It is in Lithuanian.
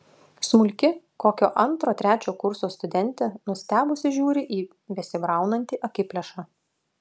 smulki kokio antro trečio kurso studentė nustebusi žiūri į besibraunantį akiplėšą